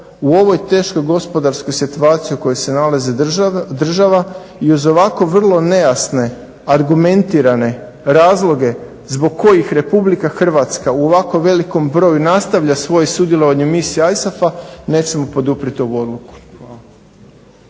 u ovoj teškoj gospodarskoj situaciji u kojoj se nalazi država i uz ovako vrlo nejasne argumentirane razloge zbog kojih RH u ovako velikom broju nastavlja sudjelovanje u misiji ISAF-a nećemo poduprijeti ovu odluku.